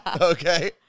Okay